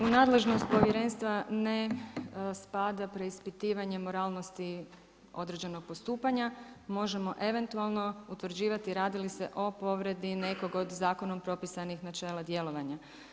U nadležnost povjerenstva ne spada preispitivanje moralnosti određenog postupanja, možemo eventualno utvrđivati radi li se o povredi, nekog od zakonom propisanog načela djelovanja.